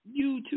YouTube